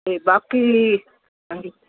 ਅਤੇ ਬਾਕੀ ਹਾਂਜੀ